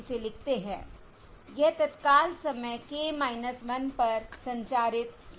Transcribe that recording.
इसे लिखते हैं यह तत्काल समय k 1 पर संचारित सिंबल है